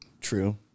True